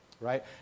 right